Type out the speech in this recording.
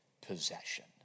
possession